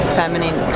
feminine